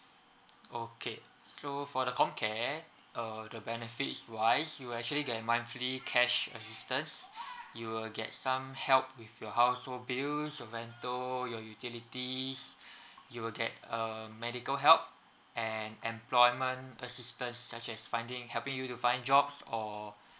okay so for the comcare uh the benefits wise you actually get monthly cash assitance you will get some help with your household bills your utilities you will get um medical help and employment assistance such as finding helping you to find jobs or